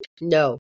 No